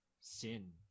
sin